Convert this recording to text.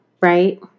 right